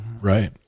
right